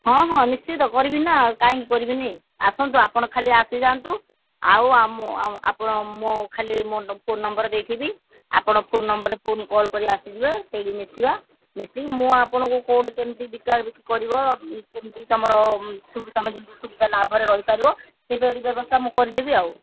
ହଁ ହଁ ନିଶ୍ଚିତ କରିବି ନା କାହିଁକି କରିବିନି ଆସନ୍ତୁ ଆପଣ ଖାଲି ଆସିଯାଆନ୍ତୁ ଆଉ ଆମ ଆମ ଆପଣ ଖାଲି ମୋ ଖାଲି ଫୋନ୍ ନମ୍ବର୍ ଦେଇଥିବି ଆପଣ ଫୋନ୍ ନମ୍ବର୍ରେ ଫୋନ୍ କଲ୍ କରିକି ଆସିଯିବେ ସେଇଠି ମିଶିବା ମିଶିକି ମୁଁ ଆପଣଙ୍କୁ କୋଉଠି କେମିତି ବିକା ବିକି କରିବ କେମତି ତୁମର ସୁବିଧା ତୁମେ ଯେମତି ସୁବିଧା ଲାଭରେ ରହିପାରିବ ସେଇପରି ବ୍ୟବସ୍ଥା ମୁଁ କରିଦେବି ଆଉ